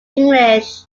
english